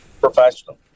Professional